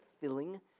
filling